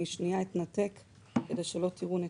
כשלחצתי "הבא" הגעתי לדף הזה.